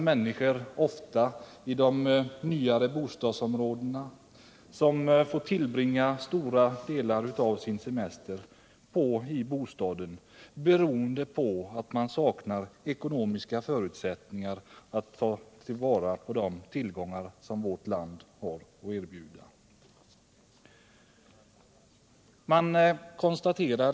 Människor, ofta i de nyare bostadsområdena, får tillbringa stora delar av sin semester i bostaden beroende på att de saknar ekonomiska förutsättningar att ta vara på de tillgångar vårt land har att erbjuda.